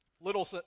Little